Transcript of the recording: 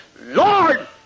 Lord